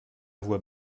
voix